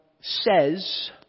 says